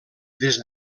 des